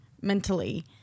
mentally